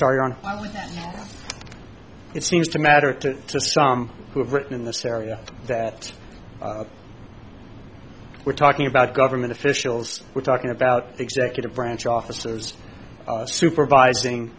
sorry on it seems to matter to some who have written in this area that we're talking about government officials we're talking about executive branch officers supervising